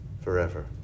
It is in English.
forever